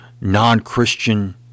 non-Christian